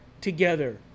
together